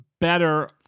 better